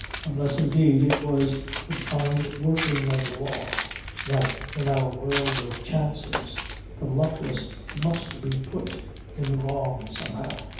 unless indeed it was the blind working of the law that in our world of chances the luckless must be put in the wrong somehow.